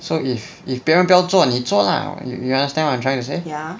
so if if 别人不要做你做 lah you you understand what I'm trying to say